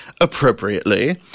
appropriately